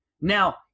Now